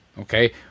okay